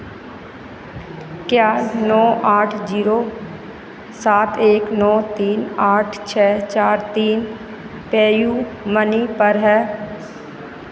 क्या नौ आठ जीरो सात एक नौ तीन आठ छः चार तीन पे यू मनी पर है